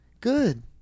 Good